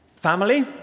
Family